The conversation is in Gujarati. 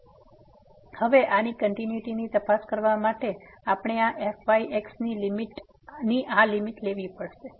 તેથી હવે આની કંટીન્યુટી તપાસવા માટે હવે આપણે આ fyx ની આ લીમીટ લેવી પડશે